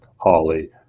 Holly